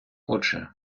отже